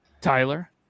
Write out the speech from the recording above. Tyler